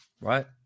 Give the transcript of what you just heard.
right